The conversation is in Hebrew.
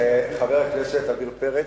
חבר הכנסת עמיר פרץ,